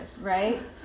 right